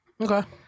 Okay